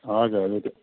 हजुर हजुर